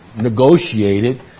negotiated